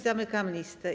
Zamykam listę.